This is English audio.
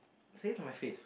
say it to my face